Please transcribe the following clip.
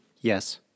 Yes